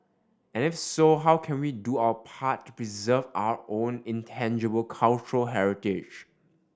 and if so how can we do our part to preserve our own intangible cultural heritage